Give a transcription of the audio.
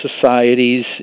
societies